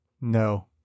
No